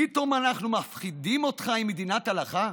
פתאום אנחנו מפחידים אותך עם מדינת הלכה?